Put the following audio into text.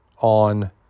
on